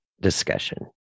discussion